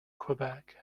quebec